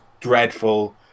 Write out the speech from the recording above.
dreadful